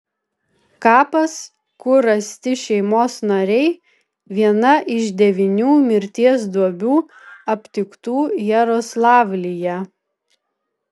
kapas kur rasti šeimos nariai viena iš devynių mirties duobių aptiktų jaroslavlyje